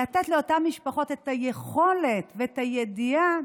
לתת לאותן המשפחות את היכולת ואת הידיעה